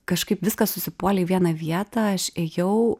kažkaip viskas užsipuolė į vieną vietą aš ėjau